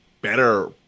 better